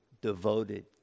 devoted